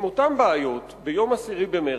עם אותן בעיות, עוד ביום 10 במרס.